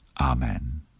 Amen